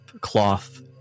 cloth